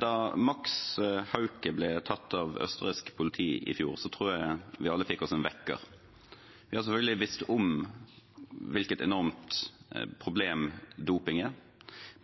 Da Max Hauke ble tatt av østerriksk politi i fjor, tror jeg vi alle fikk oss en vekker. Vi har selvfølgelig visst om hvilket enormt problem doping er,